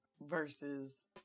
versus